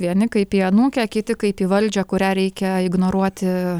vieni kaip į anūkę kiti kaip į valdžią kurią reikia ignoruoti